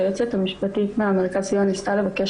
היועצת המשפטית מהמרכז סיוע ניסתה לבקש